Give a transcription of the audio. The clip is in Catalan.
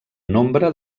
nombre